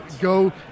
go